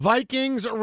Vikings